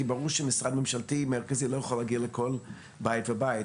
כי ברור שמשרד ממשלתי מרכזי לא יכול להגיע לכל בית ובית.